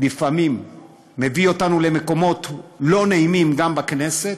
לפעמים מביא אותנו למקומות לא נעימים, גם בכנסת,